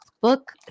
book